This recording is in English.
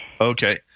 Okay